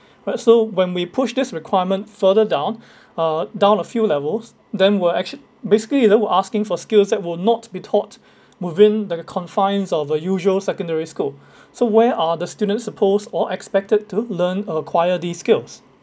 right so when we pushed this requirement further down uh down a few levels then we're actually basically you know asking for skills that will not be taught within the confines of a usual secondary school so where are the students suppose or expected to learn acquire these skills